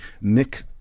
Nick